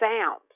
sound